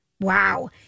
Wow